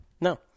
No